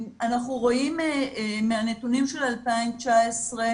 אנחנו רואים מהנתונים של 2019,